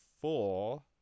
four